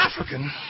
African